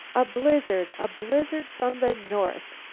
a blizzard! a blizzard from the north!